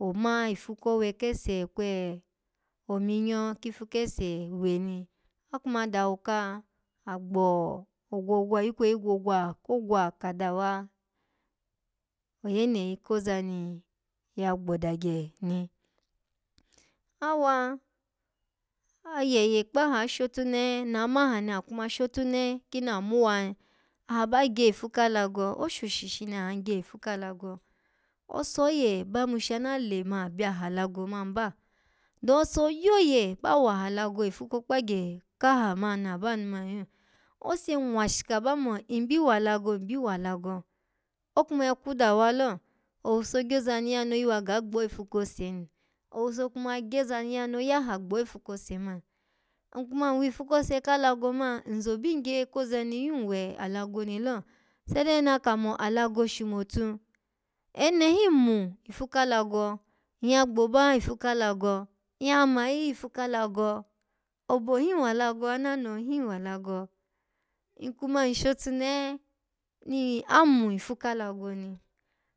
Oma ifu kowe kese kwe ominyo kifu kese we ni akuma dahoka, agbo ogwogwa-ikweyi gwogwa ko gwa ka dawa oyeneyi koza ni ya gbodagye ni awa ayeye kpaha, ashotunehe na maha ni, akuma shotunehe kimi amuwa ni aha bagye ifu ka alago oshoshi shini ahan gye ifu ka alago ose ye ba yimn shana lema byaha alago man ba, don ose ogoye ba waha alago ifu kokpagye kaha man na banu mani yo ose nwashika bamo, nbi wa alago, nbi wa alago okume ya kwu dawa lo owuso gyoza ni ya no yuwa ga gbo ifu kose ni, owuso kuma gyoza ni ya ni oyaha gbo ifu kose man nkuma nwwifu kose ka alago man nzobigye koza ni yun we alago ni lo, sai dai naka mo alago shumotu ene hin mun ifu ka alago, nyya gboba ifu ka alago nyya mayi ifu ka alago obo hin wa alago, ananoho hin wa alago nkuma nshotunehe ni amun ifu ka alago ni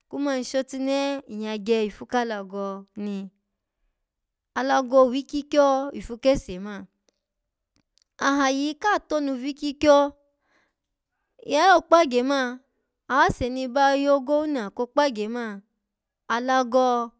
kuma nshotunehe nyya gye ifu ka alago nii alago wikyikyo ifu kese man aha yiyika tonu vikyikyo, lalo okpagye man, awase ni ba yogowuna kokpagye man alago.